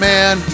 Man